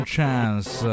Chance